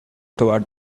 toward